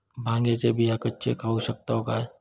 भांगे चे बियो कच्चे खाऊ शकताव काय?